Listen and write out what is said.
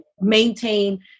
maintain